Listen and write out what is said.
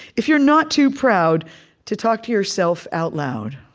if you're not too proud to talk to yourself out loud,